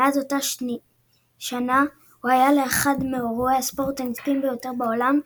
ומאז אותה שנה הוא היה לאחד מאירועי הספורט הנצפים ביותר בעולם,